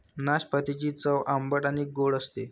नाशपातीची चव आंबट आणि गोड असते